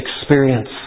experience